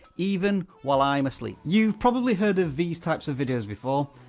even while i'm asleep. you've probably heard of these types of videos before,